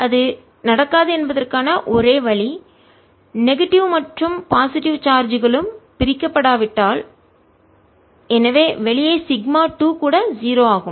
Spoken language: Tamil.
அது நடக்காது என்பதற்கான ஒரே வழி நெகட்டிவ் எதிர்மறை மற்றும் பாசிட்டிவ் நேர்மறை சார்ஜ் களும் பிரிக்க படாவிட்டால் எனவே வெளியே σ 2 கூட 0 ஆகும்